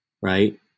right